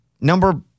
number